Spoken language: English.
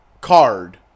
card